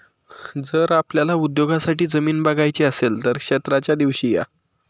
जर आपल्याला उद्योगासाठी जमीन बघायची असेल तर क्षेत्राच्या दिवशी या